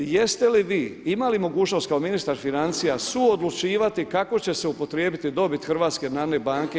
Jeste li vi imali mogućnost kao ministar financija suodlučivati kako će se upotrijebiti dobit HNB-a?